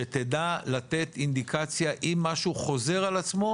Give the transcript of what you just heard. שתדע לתת אינדיקציה אם משהו חוזר על עצמו,